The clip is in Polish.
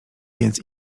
więc